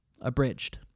abridged